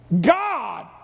God